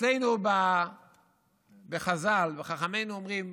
אצלנו בחז"ל, חכמינו אומרים: